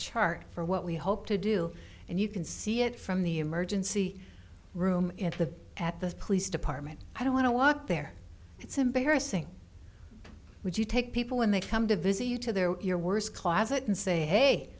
chart for what we hope to do and you can see it from the emergency room in the at the police department i don't want to walk there it's embarrassing would you take people when they come to visit you to they're your worst closet and say hey